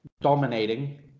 dominating